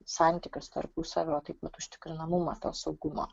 santykius tarpusavio taip pat užtikrinamą to saugumo